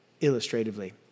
illustratively